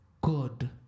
Good